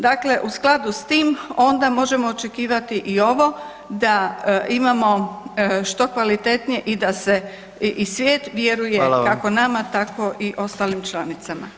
Dakle, u skladu s tim onda možemo očekivati i ovo, da imamo što kvalitetnije i da svijet vjeruje kako nama, tako i ostalim članicama.